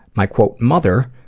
my quote mother,